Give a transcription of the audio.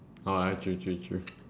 oh true true true